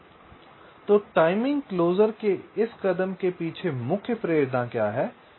slide time देखें 1026 तो timing closure के इस कदम के पीछे मुख्य प्रेरणा क्या है